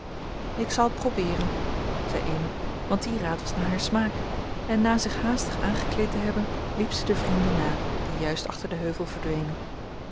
ik zal het probeeren zei amy want die raad was naar haar smaak en na zich haastig aangekleed te hebben liep ze de vrienden na die juist achter den heuvel verdwenen